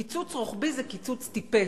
קיצוץ רוחבי זה קיצוץ טיפש.